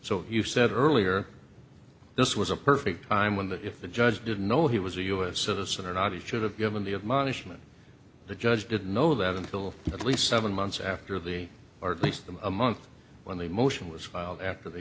so you said earlier this was a perfect time when if the judge didn't know he was a u s citizen or not he should have given the of monisha the judge didn't know that until at least seven months after the or at least the month when the motion was filed after they